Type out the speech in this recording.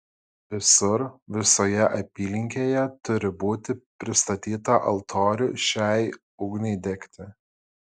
visur visoje apylinkėje turi būti pristatyta altorių šiai ugniai degti